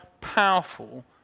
powerful